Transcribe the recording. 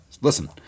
Listen